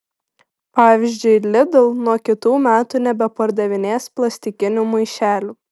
pavyzdžiui lidl nuo kitų metų nebepardavinės plastikinių maišelių